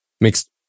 mixed